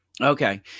Okay